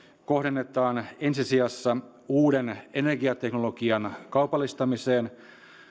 kohdennetaan ensi sijassa uuden energiateknologian kaupallistamiseen